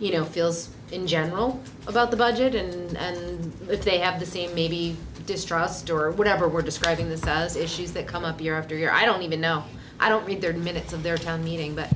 you know feels in general about the budget and if they have the scene maybe distrust or whatever we're describing this has issues that come up year after year i don't even know i don't need their minutes of their town meeting but